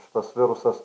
šitas virusas